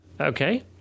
Okay